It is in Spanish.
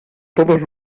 todos